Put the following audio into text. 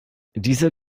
dieser